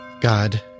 God